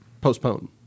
Postpone